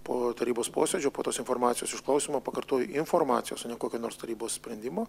po tarybos posėdžio po tos informacijos iš klausimo pakartoju informacijos kokio nors tarybos sprendimo